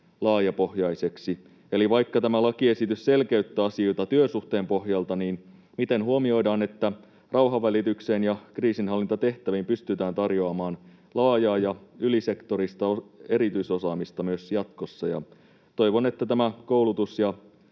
laajapohjaiseksi? Eli vaikka tämä lakiesitys selkeyttää asioita työsuhteen pohjalta, niin miten huomioidaan, että rauhanvälitykseen ja kriisinhallintatehtäviin pystytään tarjoamaan laajaa ja ylisektorista erityisosaamista myös jatkossa? Toivon, että koulutus- ja